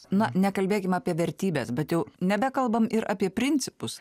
na nekalbėkim apie vertybes bet jau nebekalbam ir apie principus